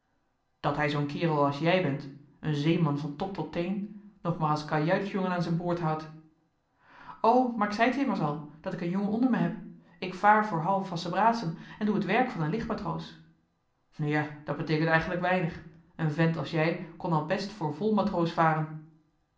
dat hij zoo'n kerel als jij bent een zeeman van top tot teen nog maar als kajuitsjongen aan z'n boord houdt o maar ik zei t je immers al dat ik een jongen onder me heb ik vaar voor halfwassen brasem en doe t werk van een licht matroos nu ja dat beteekent eigenlijk weinig een vent als jij kon al best voor vol matroos varen